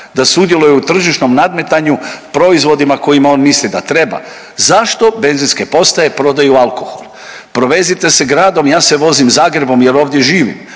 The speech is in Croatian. da sudjeluje u tržišnom nadmetanju proizvodima kojima on misli da treba, zašto benzinske postaje prodaju alkohol? Provezite se gradom, ja se vozim Zagrebom jer ovdje živim,